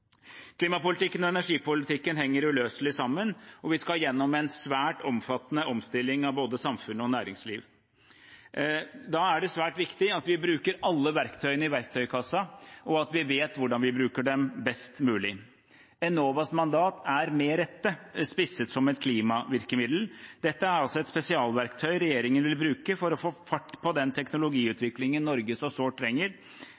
Klimapolitikken og energipolitikken henger uløselig sammen, og vi skal gjennom en svært omfattende omstilling av både samfunn og næringsliv. Da er det svært viktig at vi bruker alle verktøyene i verktøykassa, og at vi vet hvordan vi bruker dem best mulig i. Enovas mandat er – med rette – spisset som et klimavirkemiddel. Dette er altså et spesialverktøy regjeringen vil bruke for å få fart på den